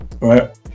Right